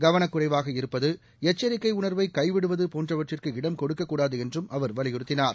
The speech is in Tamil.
கவனக்குறைவாக இருப்பது எச்சிக்கை உண்வை கைவிடுவது போன்றவற்றுக்கு இடம் கொடுக்கக்கூடாது என்றும் அவர் வலியுறுத்தினார்